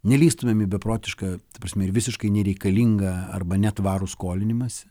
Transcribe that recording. nelįstumėm į beprotišką ta prasme ir visiškai nereikalingą arba netvarų skolinimąsi